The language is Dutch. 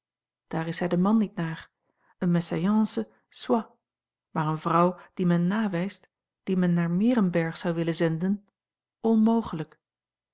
daar is hij de man niet naar eene mésalliance soit maar eene vrouw die men nawijst die men naar meerenberg zou willen zenden onmogelijk